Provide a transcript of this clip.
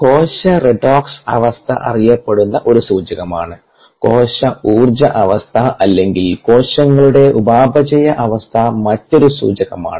കോശ റെഡോക്സ് അവസ്ഥ അറിയപ്പെടുന്ന ഒരു സൂചകമാണ് കോശ ഊർജ്ജ അവസ്ഥ അല്ലെങ്കിൽ കോശങ്ങളുടെ ഉപാപചയ അവസ്ഥ മറ്റൊരു സൂചകമാണ്